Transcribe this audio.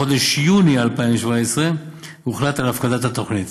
ובחודש יוני 2017 הוחלט על הפקדת התוכנית.